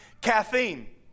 caffeine